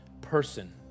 person